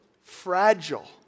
Fragile